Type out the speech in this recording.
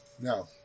No